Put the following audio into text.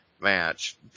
match